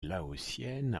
laotienne